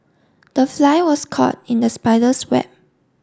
the fly was caught in the spider's web